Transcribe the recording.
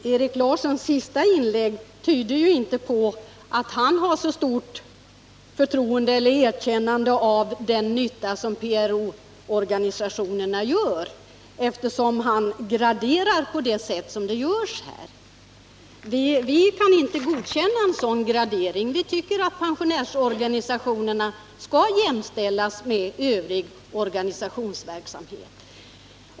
Herr talman! Erik Larssons sista inlägg tyder ju inte på att han har så stort förtroende för eller erkännande av den nytta som PRO gör, eftersom han graderar på det sätt han gör. Vi kan inte godkänna en sådan gradering. Vi tycker att pensionärsorganisationerna skall jämställas med övrig organisationsverksamhet.